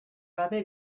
gabe